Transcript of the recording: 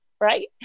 right